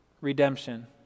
redemption